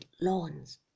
lawns